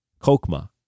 kokma